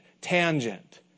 tangent